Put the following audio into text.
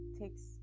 takes